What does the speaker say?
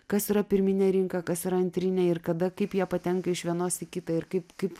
kas yra pirminė rinka kas yra antrinė ir kada kaip jie patenka iš vienos į kitą ir kaip kaip